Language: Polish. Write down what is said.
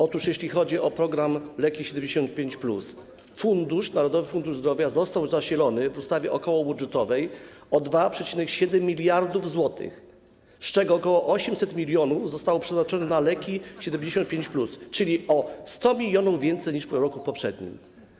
Otóż jeśli chodzi o program leki 75+, Narodowy Fundusz Zdrowia został zasilony w ustawie okołobudżetowej kwotą 2,7 mld zł, z czego ok. 800 mln zostało przeznaczonych na leki 75+, czyli o 100 mln więcej niż w roku poprzednim.